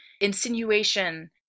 insinuation